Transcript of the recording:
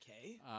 Okay